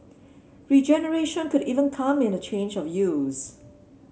regeneration could even come in a change of use